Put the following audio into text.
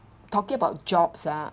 talking about jobs ah